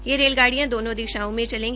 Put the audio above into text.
ये रेलगाडियां दोनों दिशाओं में चलेगी